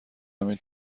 همین